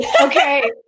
Okay